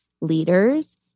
leaders